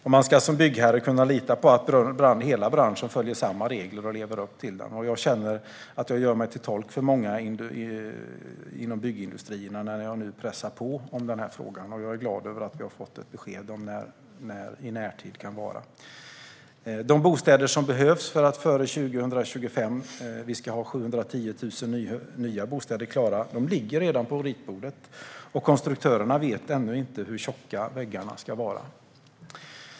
Man ska som byggherre kunna lita på att hela branschen följer samma regler och lever upp till dem. Jag känner att jag gör mig till tolk för många inom byggindustrierna när jag nu pressar på i denna fråga. Jag är glad att vi har fått ett besked om när "i närtid" kan vara. De bostäder som behövs för att vi före 2025 ska ha 710 000 nya bostäder klara ligger redan på ritbordet, och konstruktörerna vet ännu inte hur tjocka väggarna ska vara.